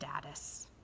status